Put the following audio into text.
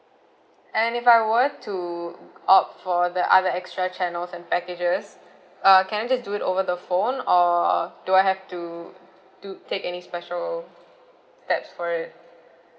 and if I were to opt for the other extra channels and packages uh can I just do it over the phone or do I have to to take any special steps for it